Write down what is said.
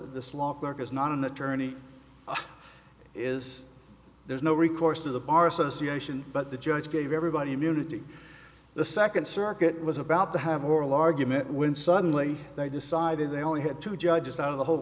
this law clerk is not an attorney is there's no recourse to the bar association but the judge gave everybody immunity the second circuit was about to have oral argument when suddenly they decided they only had two judges out of the whole